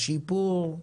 שיפור?